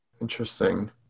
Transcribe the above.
Interesting